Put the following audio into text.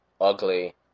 ugly